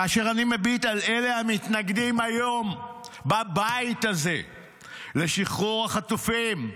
כאשר אני מביט על אלה המתנגדים היום בבית הזה לשחרור החטופים,